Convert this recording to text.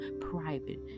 private